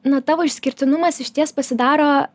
na tavo išskirtinumas išties pasidaro